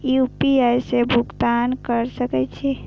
UPI से भुगतान क सके छी?